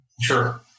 Sure